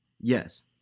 yes